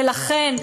ולכן,